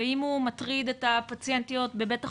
ואם הוא מטריד את הפציינטיות בבית החולים,